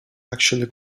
actually